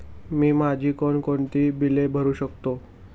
मी माझी कोणकोणती बिले भरू शकतो?